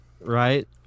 Right